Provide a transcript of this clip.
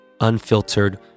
Unfiltered